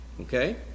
Okay